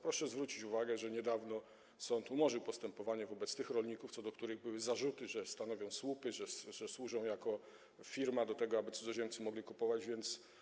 Proszę zwrócić uwagę, że niedawno sąd umorzył postępowanie wobec tych rolników, w stosunku do których były zarzuty, że stanowią słupy, że służą jako firmy do tego, aby cudzoziemcy mogli kupować ziemię.